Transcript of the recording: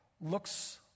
Looks